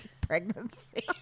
pregnancy